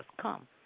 Come